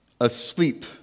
asleep